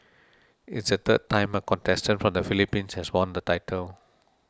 it's the third time a contestant from the Philippines has won the title